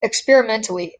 experimentally